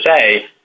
say